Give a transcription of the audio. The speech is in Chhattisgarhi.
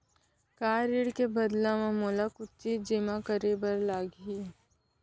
का ऋण के बदला म मोला कुछ चीज जेमा करे बर लागही?